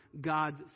God's